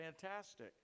fantastic